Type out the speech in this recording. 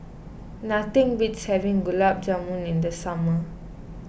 nothing beats having Gulab Jamun in the summer